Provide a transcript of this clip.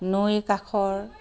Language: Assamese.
নৈৰ কাষৰ